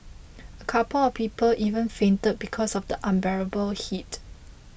a couple of people even fainted because of the unbearable heat